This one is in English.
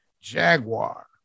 Jaguar